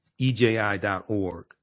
EJI.org